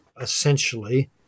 essentially